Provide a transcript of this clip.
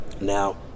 Now